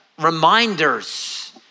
reminders